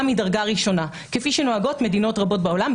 מדרגה ראשונה כפי שנוהגות מדינות רבות בעולם,